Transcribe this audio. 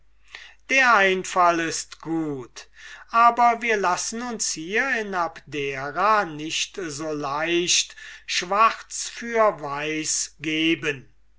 der einfall ist gut aber wir lassen uns hier in abdera nicht so leicht schwarz für weiß geben